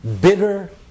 bitter